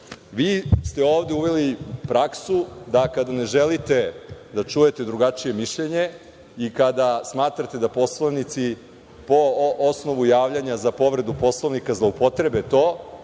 ste ovde uveli praksu da kada ne želite da čujete drugačije mišljenje i kada smatrate da poslanici po osnovu javljanja za povredu Poslovnika zloupotrebe to,